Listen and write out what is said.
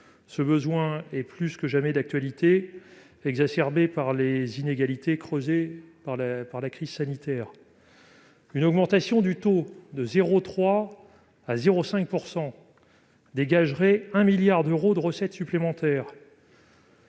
Ce besoin est plus que jamais d'actualité, exacerbé par les inégalités creusées par la crise sanitaire. Une augmentation du taux de 0,3 % à 0,5 % dégagerait 1 milliard d'euros de recettes supplémentaires.